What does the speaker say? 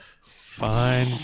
Fine